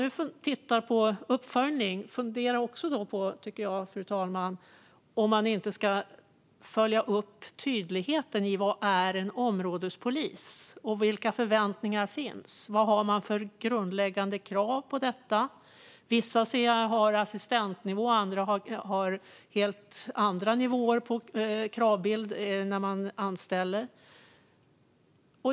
När det gäller uppföljning tycker jag att man ska fundera på om man inte också ska följa upp tydligheten: Vad är en områdespolis, och vilka förväntningar finns? Vad har man för grundläggande krav? Jag ser att vissa har assistentnivå. Andra har helt andra kravbilder när de anställer.